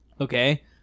Okay